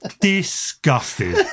disgusted